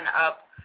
up